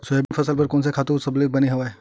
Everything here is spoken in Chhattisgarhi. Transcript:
सोयाबीन फसल बर कोन से खातु सबले बने हवय?